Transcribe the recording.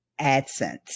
AdSense